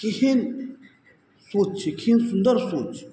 केहेन सोच छै केहेन सुन्दर सोच छै